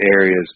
areas